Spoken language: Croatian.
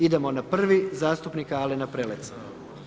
Idemo na prvi zastupnika Alena Preleca.